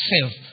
self